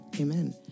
Amen